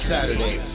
Saturday